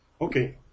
Okay